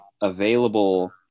available